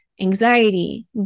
anxiety